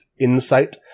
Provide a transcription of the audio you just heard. Insight